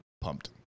Pumped